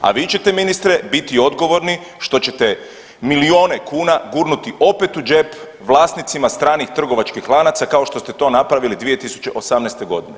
A vi ćete ministre biti odgovorni što ćete milione kuna gurnuti opet u džep vlasnicima stranih trgovačkih lanaca kao što ste to napravili 2018. godine.